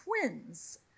twins